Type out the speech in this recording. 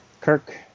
Kirk